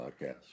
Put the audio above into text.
podcast